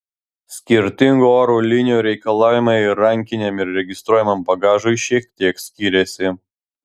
skirtingų oro linijų reikalavimai rankiniam ir registruotajam bagažui šiek tiek skiriasi